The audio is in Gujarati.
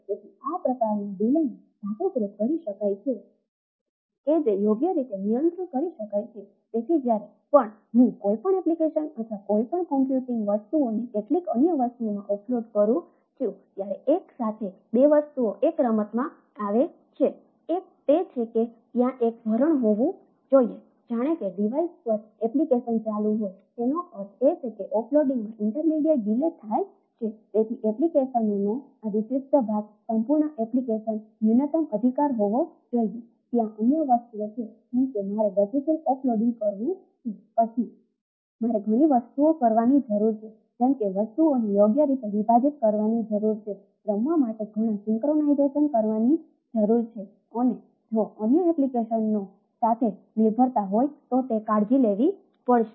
તેથી આ પ્રકારના ડીલેનેનો સાથે નિર્ભરતા હોય તો તે કાળજી લેવી પડશે